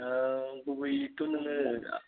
गुबैयैथ' नोङो